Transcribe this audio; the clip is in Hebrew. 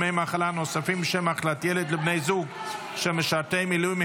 ימי מחלה נוספים בשל מחלת ילד לבני זוג של משרתי מילואים),